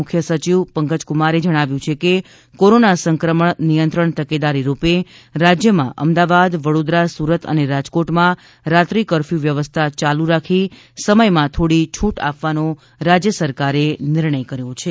તેમણે જણાવ્યું હતું કે કોરોના સંક્રમણ નિયંત્રણ તકેદારી રૂપે રાજ્યમાં અમદાવાદ વડોદરા સુરત અને રાજકોટમાં રાત્રિ કરફયુ વ્યવસ્થા યાલ્ રાખી સમયમાં થોડી છૂટ આપવાનો રાજ્ય સરકારે નિર્ણય કર્યો છે